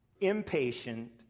Impatient